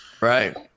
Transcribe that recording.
right